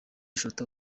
shooter